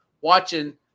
watching